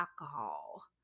alcohol